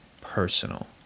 personal